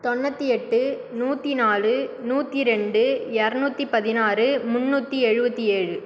தொண்ணூற்றி எட்டு நூற்றி நாலு நூற்றி இரண்டு இரநூற்றி பதினாறு முன்னூற்றி எழுபத்தி ஏழு